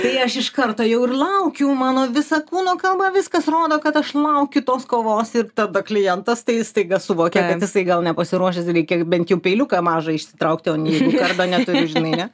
tai aš iš karto jau ir laukiu mano visa kūno kalba viskas rodo kad aš laukiu tos kovos ir tada klientas tai staiga suvokia kad jisai gal nepasiruošęs reikia bent jau peiliuką mažą išsitraukti o ne jeigu kardo neturiu žinai ne